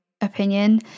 opinion